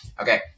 Okay